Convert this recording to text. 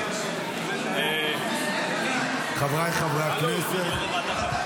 חבריי חברי הכנסת,